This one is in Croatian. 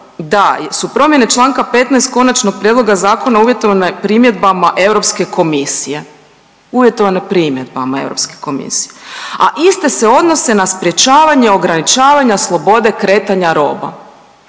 da su promjene čl. 15. konačnog prijedloga zakona uvjetovane primjedbama Europske komisije, uvjetovano primjedbama Europske komisije, a iste se odnose na sprječavanje ograničavanja slobode kretanja roba.